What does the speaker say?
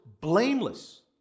blameless